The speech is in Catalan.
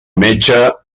metge